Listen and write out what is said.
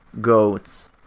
goats